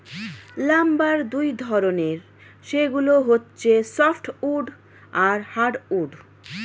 lumber দুই ধরনের, সেগুলো হচ্ছে সফ্ট উড আর হার্ড উড